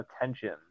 attention